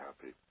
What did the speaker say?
happy